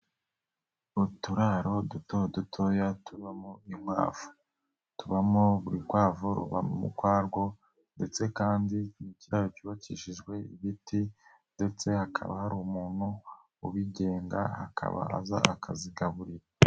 Uturaro duto dutoya tubamo inkwavu, tubamo urukwavu rubamo ukwarwo, ndetse kandi cyubakishijwe ibiti ndetse hakaba hari umuntu ubigenga akaba aza akazigaburira.